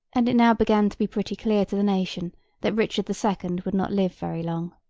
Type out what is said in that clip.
and it now began to be pretty clear to the nation that richard the second would not live very long.